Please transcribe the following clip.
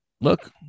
Look